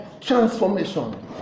transformation